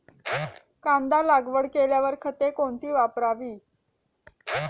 कांदा लागवड केल्यावर खते कोणती वापरावी?